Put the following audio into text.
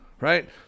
right